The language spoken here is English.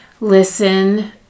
listen